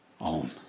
own